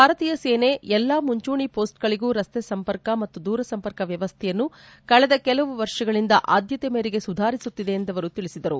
ಭಾರತೀಯ ಸೇನೆ ಎಲ್ಲಾ ಮುಂಚೂಣಿ ಮೊಸ್ಟ್ಗಳಿಗೂ ರಸ್ತೆ ಸಂಪರ್ಕ ಮತ್ತು ದೂರ ಸಂಪರ್ಕ ವ್ಲವಶ್ಹೆಯನ್ನು ಕಳೆದ ಕೆಲವು ವರ್ಷಗಳಿಂದ ಆದ್ಲತೆಯ ಮೇರೆಗೆ ಸುಧಾರಿಸುತ್ತಿದೆ ಎಂದು ಅವರು ತಿಳಿಸಿದರು